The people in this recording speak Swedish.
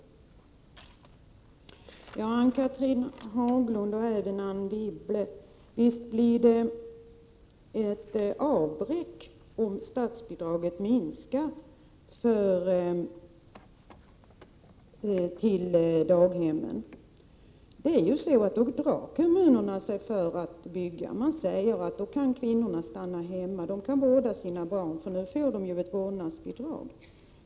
Visst blir det ett avbräck, Ann-Cathrine Haglund och även Anne Wibble, om statsbidraget minskar till daghemmen. Då drar sig kommunerna för att bygga. Man säger att kvinnorna kan stanna hemma och vårda sina barn, eftersom de ju får ett vårdnadsbidrag.